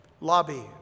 lobby